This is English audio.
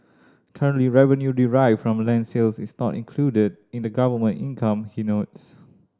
currently revenue derived from land sales is not included in the government income he notes